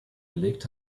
gelegt